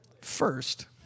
first